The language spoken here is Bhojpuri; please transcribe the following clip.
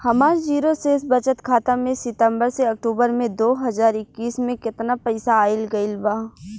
हमार जीरो शेष बचत खाता में सितंबर से अक्तूबर में दो हज़ार इक्कीस में केतना पइसा आइल गइल बा?